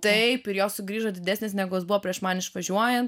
taip ir jos sugrįžo didesnės negu buvo prieš man išvažiuojant